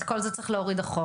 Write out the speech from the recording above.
את כל זה צריך להוריד אחורה.